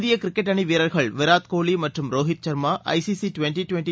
இந்திய கிரிக்கெட் அணி வீரர்கள் வீராட் கோலி மற்றும் Rohit Sharma I C C twenty twenty